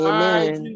Amen